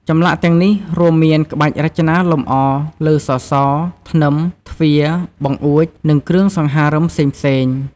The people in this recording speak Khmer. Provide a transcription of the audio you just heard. ចម្លាក់ទាំងនេះរួមមានក្បាច់រចនាលម្អលើសសរ ធ្នឹម ទ្វារ បង្អួច និងគ្រឿងសង្ហារឹមផ្សេងៗ។